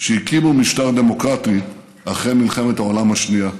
שהקימו משטר דמוקרטי אחרי מלחמת העולם השנייה.